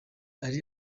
ari